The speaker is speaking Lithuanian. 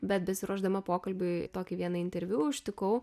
bet besiruošdama pokalbiui tokį vieną interviu užtikau